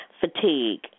Fatigue